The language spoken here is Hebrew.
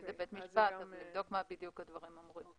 זה בית משפט וצריך לבדוק במה בדיוק הדברים אמורים.